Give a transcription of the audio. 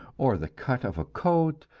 or the cut of a coat,